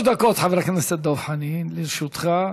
שלוש דקות, חבר הכנסת דב חנין, לרשותך.